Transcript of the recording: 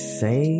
say